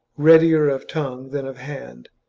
readier of tongue than of hand,